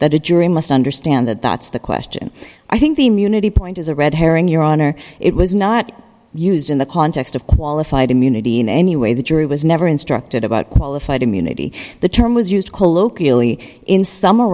that the jury must understand that that's the question i think the immunity point is a red herring your honor it was not used in the context of qualified immunity in any way the jury was never instructed about qualified immunity the term was use